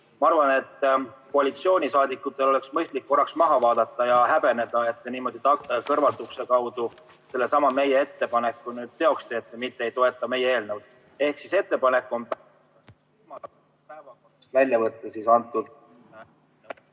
Ma arvan, et koalitsioonisaadikutel oleks mõistlik korraks maha vaadata ja häbeneda, et te niimoodi kõrvalukse kaudu sellesama meie ettepaneku nüüd teoks teete, mitte ei toeta meie eelnõu. Ehk meie ettepanek on see eelnõu päevakorrast välja võtta.